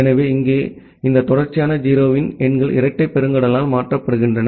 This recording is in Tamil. எனவே இங்கே இந்த தொடர்ச்சியான 0 இன் எண்கள் இரட்டை பெருங்குடலால் மாற்றப்படுகின்றன